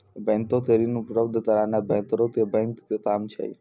बैंको के ऋण उपलब्ध कराना बैंकरो के बैंक के काम छै